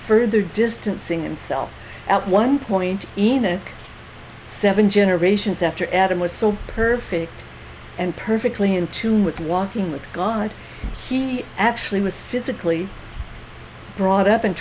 further distancing himself at one point enoch seven generations after adam was so perfect and perfectly in tune with walking with god he actually was physically brought up and